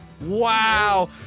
Wow